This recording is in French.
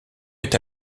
est